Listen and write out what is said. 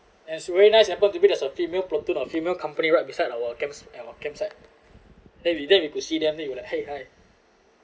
and it's very nice happen to be there's a female platoon or female company right beside our camps our campsite then we then we could see them then you were like !hey! hi